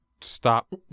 stop